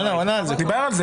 הוא דיבר על זה.